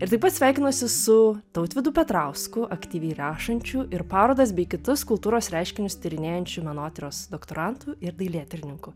ir taip pat sveikinosi su tautvydu petrausku aktyviai rašančiu ir parodas bei kitus kultūros reiškinius tyrinėjančiu menotyros doktorantu ir dailėtyrininku